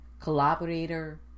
collaborator